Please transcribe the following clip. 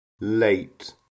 late